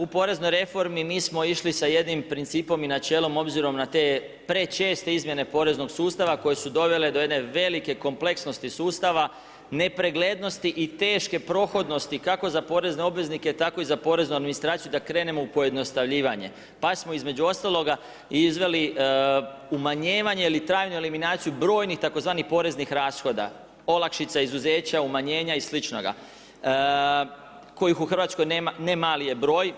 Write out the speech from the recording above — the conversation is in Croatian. U poreznoj reformi mi smo išli sa jednim principom i načelom obzirom na te prečeste izmjene poreznog sustava koje su dovele do jedne velike kompleksnosti sustava nepreglednosti i teške prohodnosti kako za porezne obveznike, tako i za poreznu administraciju da krenemo u pojednostavljivanje, pa smo između ostaloga izveli umanjivanje ili trajnu eliminaciju brojnih tzv. poreznih rashoda, olakšica, izuzeća, umanjenja i sličnoga kojih u Hrvatskoj ne mali je broj.